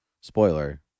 spoiler